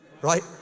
Right